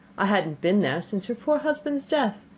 i hadn't been there since her poor husband's death.